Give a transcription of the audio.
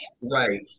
Right